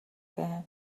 بهم